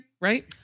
right